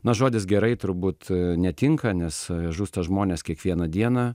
na žodis gerai turbūt netinka nes žūsta žmonės kiekvieną dieną